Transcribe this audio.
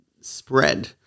spread